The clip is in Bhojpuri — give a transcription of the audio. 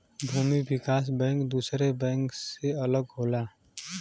भूमि विकास बैंक दुसरे बैंक से अलग होला